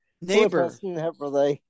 neighbor